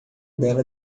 dela